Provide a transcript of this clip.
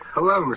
Hello